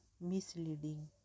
misleading